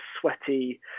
sweaty